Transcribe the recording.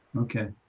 okay.